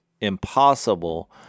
impossible